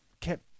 kept